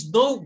no